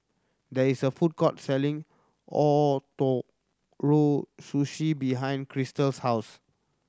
there is a food court selling Ootoro Sushi behind Krystal's house